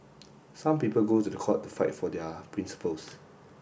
some people go to the court to fight for their principles